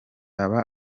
yaba